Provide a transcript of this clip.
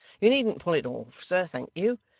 you needn't pull it off, sir, thank you.